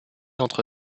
entre